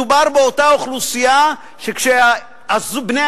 מדובר באותה אוכלוסייה שכשבני-הזוג